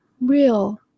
real